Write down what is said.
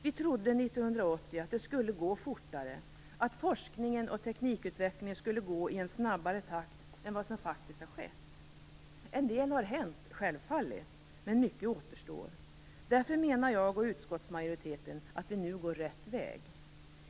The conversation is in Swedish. Vi trodde 1980 att det skulle gå fortare, att forskningen och teknikutvecklingen skulle gå i en snabbare takt än vad som faktiskt har skett. En del har hänt, självfallet, men mycket återstår. Därför menar jag och utskottsmajoriteten att vi nu går rätt väg.